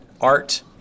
art